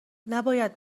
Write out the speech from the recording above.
نباید